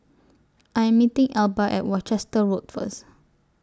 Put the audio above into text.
I Am meeting Elba At Worcester Road First